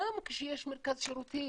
וגם כשיש מרכז שירותים,